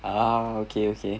ah okay okay